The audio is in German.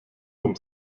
vom